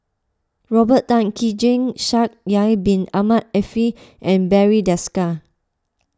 Robert Tan Keng Jee Shaikh Yahya Bin Ahmed Afifi and Barry Desker